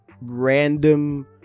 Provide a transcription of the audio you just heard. random